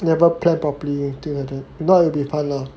never plan properly so 对了对了 if not it'll be fun lah